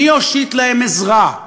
מי הושיט להם עזרה,